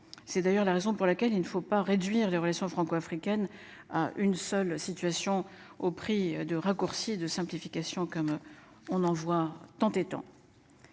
c'est d'ailleurs la raison pour laquelle il ne faut pas réduire les relations franco-africaines. Une seule situation au prix de raccourcis, de simplifications comme on en voit tant étant.